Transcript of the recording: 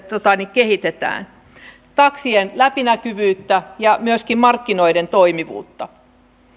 kehitetään taksien läpinäkyvyyttä ja myöskin markkinoiden toimivuutta